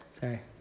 Sorry